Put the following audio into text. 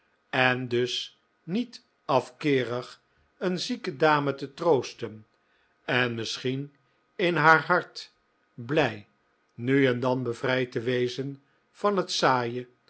en dus niet afkeerig een zieke dame te troosten en misschien in haar hart blij nu en dan bevrijd te wezen van het saaie